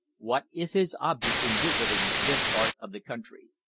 what is his object in visiting this part of the country.